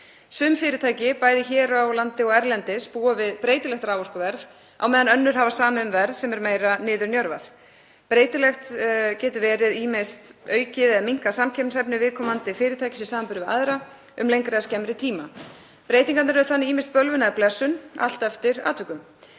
Sum fyrirtæki, bæði hér á landi og erlendis, búa við breytilegt raforkuverð á meðan önnur hafa samið um verð sem er meira niðurnjörvað. Breytilegt verð getur ýmist aukið eða minnkað samkeppnishæfni viðkomandi fyrirtækis í samanburði við önnur um lengri eða skemmri tíma. Breytingarnar eru þannig ýmist bölvun eða blessun, allt eftir atvikum.